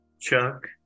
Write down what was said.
Chuck